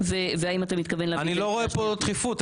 ואם אתה מתכוון אני לא רואה פה דחיפות,